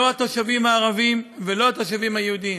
לא התושבים הערבים ולא התושבים היהודים.